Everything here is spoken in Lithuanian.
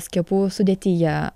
skiepų sudėtyje